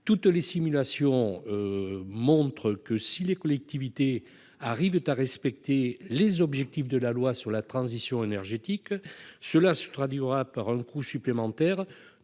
Toutes les simulations montrent que, si les collectivités arrivent à respecter les objectifs de la loi sur la transition énergétique, cela se traduira par un coût supplémentaire